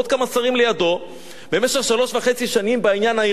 שרים לידו במשך שלוש שנים וחצי בעניין האירני.